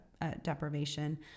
deprivation